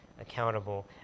accountable